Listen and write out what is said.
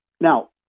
Now